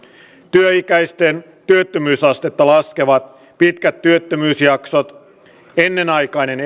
työikäisten työllisyysastetta laskevat pitkät työttömyysjaksot ennenaikaiset